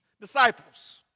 disciples